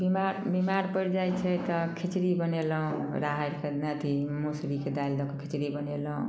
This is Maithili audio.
बीमार बीमार परि जाइत छै तऽ खिचड़ी बनेलहुँ राहड़िके अथी मसुरीके दालि दऽ के खिचड़ी बनेलहुँ